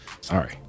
sorry